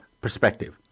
perspective